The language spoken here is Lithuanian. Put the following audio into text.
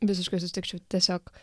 visiškai sutikčiau tiesiog